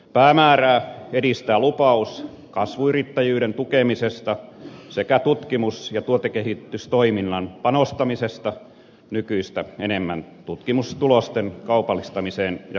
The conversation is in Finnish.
päämäärää edistää lupaus kasvuyrittäjyyden tukemisesta sekä tutkimus ja tuotekehitystoimintaan panostamisesta nykyistä enemmän tutkimustulosten kaupallistamiseen ja kansainvälistämiseen